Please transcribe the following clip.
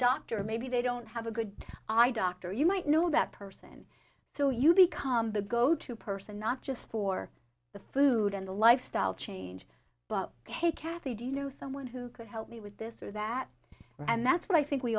doctor maybe they don't have a good eye doctor you might know that person so you become the go to person not just for the food and the lifestyle change but hey kathy do you know someone who could help me with this or that and that's what i think we